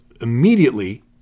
immediately